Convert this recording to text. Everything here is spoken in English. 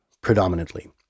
predominantly